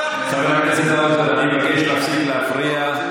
חבר הכנסת האוזר, אני מבקש להפסיק להפריע.